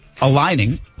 aligning